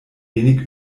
wenig